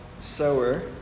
sower